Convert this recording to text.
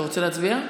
אתה רוצה להצביע?